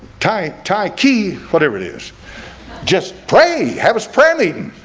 time taiki, whatever it is just pray how is praline?